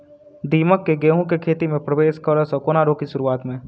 दीमक केँ गेंहूँ केँ खेती मे परवेश करै सँ केना रोकि शुरुआत में?